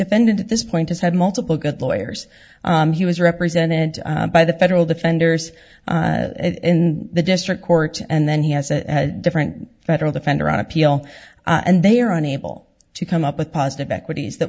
defendant at this point has had multiple good lawyers he was represented by the federal defenders in the district court and then he has a different federal defender on appeal and they are unable to come up with positive equities that